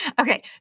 Okay